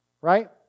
right